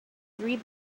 three